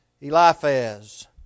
Eliphaz